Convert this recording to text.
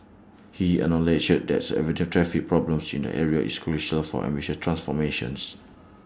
he acknowledged that averting traffic problems in the area is crucial for ambitious transformations